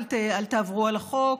אל תעברו על החוק,